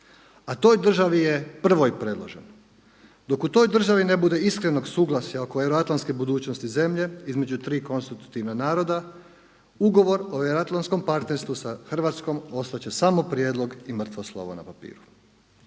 a toj državi je prvo predložen. Dok u toj državi ne bude iskrenog suglasaja oko euroatlantske budućnosti zemlje između tri konstitutivna naroda, ugovor o euroatlantskom partnerstvu sa Hrvatskom ostat će samo prijedlog i mrtvo slovo na papiru.